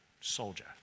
soldier